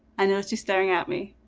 i noticed you staring at me.